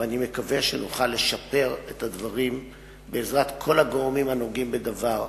ואני מקווה שנוכל לשפר את הדברים בעזרת כל הגורמים הנוגעים בדבר: